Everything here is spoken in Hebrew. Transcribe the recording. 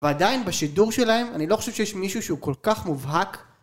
ועדיין בשידור שלהם אני לא חושב שיש מישהו שהוא כל כך מובהק